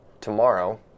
tomorrow